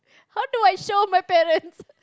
how do I show my parents